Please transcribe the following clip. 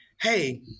hey